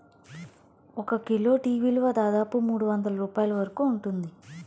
ఒక kilo tea విలువ దాదాపు మూడువందల రూపాయల వరకు ఉంటుంది